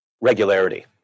regularity